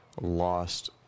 lost